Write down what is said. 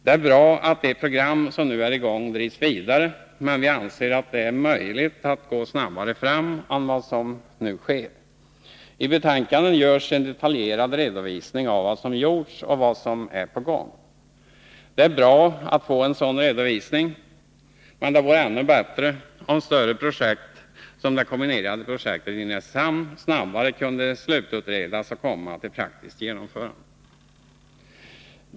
Det är bra att de program som nu är i gång drivs vidare, men vi anser att det är möjligt att gå snabbare fram än vad som nu sker. I betänkandet lämnas en detaljerad redovisning av vad som gjorts och vad som är på gång. Det är bra att få en sådan redovisning, men det vore ändå bättre om större projekt, som det kombinerade projektet i Nynäshamn, snabbare kunde slututredas och komma till praktiskt genomförande.